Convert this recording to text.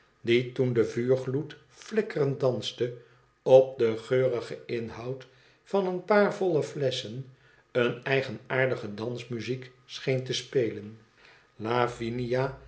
die toen de vuurgloed flikkerend danste op den geurigen inhoud van een paar volle flesschen eene eigenr aardige dansmuziek scheen te spelen